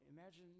Imagine